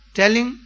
telling